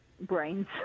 brains